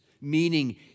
meaning